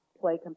play